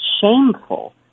shameful